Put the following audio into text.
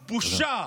בושה.